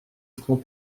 front